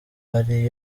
ari